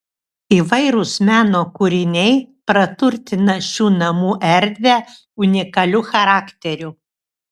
įvairūs meno kūriniai praturtina šių namų erdvę unikaliu charakteriu